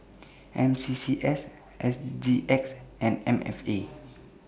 M C C S S G X and M F A